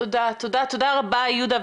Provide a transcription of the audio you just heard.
תודה רבה יהודה.